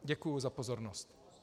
Děkuji za pozornost.